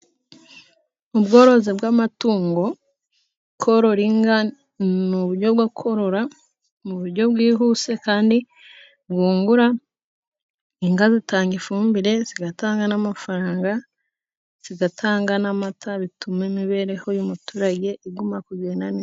Ubworozi bw'amatungo. Korora inka ni uburyo bwo korora ni uburyo bwihuse kandi bwungura. Inka zitanga ifumbire, zigatanga n'amafaranga, zigatanga n'amata, bituma imibereho y'umuturage iguma kugenda neza.